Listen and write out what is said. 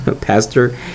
pastor